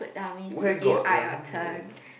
where got like that